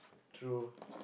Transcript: true